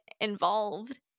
involved